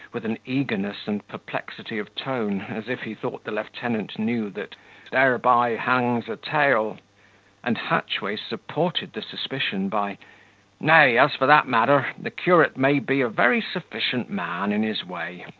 with an eagerness and perplexity of tone, as if he thought the lieutenant knew that thereby hang a tale and hatchway supported the suspicion by nay, as for that matter, the curate may be a very sufficient man in his way.